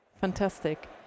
fantastic